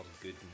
good